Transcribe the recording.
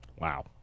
Wow